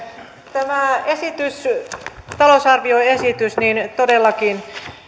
tämä talousarvioesitys todellakin